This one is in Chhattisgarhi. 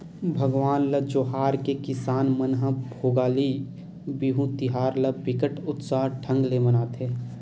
भगवान ल जोहार के किसान मन ह भोगाली बिहू तिहार ल बिकट उत्साह ढंग ले मनाथे